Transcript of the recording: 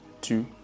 two